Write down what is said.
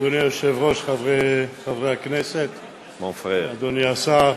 אדוני היושב-ראש, כנסת נכבדה, אדוני השר,